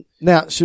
Now